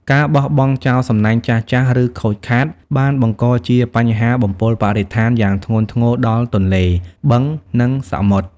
ការបោះបង់ចោលសំណាញ់ចាស់ៗ ឬខូចខាតបានបង្កជាបញ្ហាបំពុលបរិស្ថានយ៉ាងធ្ងន់ធ្ងរដល់ទន្លេ បឹង និងសមុទ្រ។